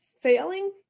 failing